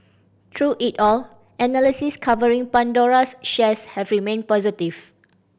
through it all analysts covering Pandora's shares have remained positive